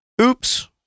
oops